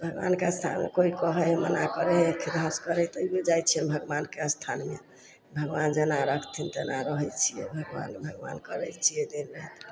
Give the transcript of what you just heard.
भगवानके आस्थामे कोइ कहय हइ मना करय हइ हम असगरे तैयौ जाइ छियनि भगवानके स्थानमे भगवान जेना रखथिन तेना रहय छियै भगवान भगवान करय छियै दिन राति